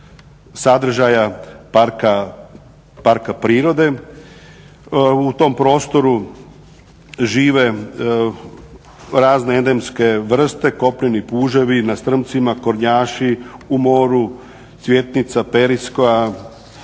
sadržaja parka prirode. U tom prostoru žive razne endemske vrste, kopneni puževi na strmcima, kornjaši u moru, cvjetnica, periska,